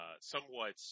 somewhat